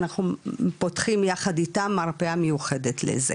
אנחנו פותחים יחד איתם מרפאה מיוחדת לזה.